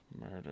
murder